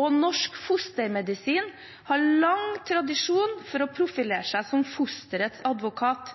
og norsk fostermedisin har lang tradisjon for å profilere seg som fosterets advokat.